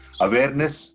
awareness